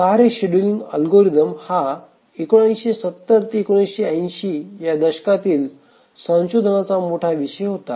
कार्य scheduling algorithm हा 1970 ते 1980 या दशकातील संशोधनाचा मोठा विषय होता